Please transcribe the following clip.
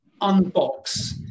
unbox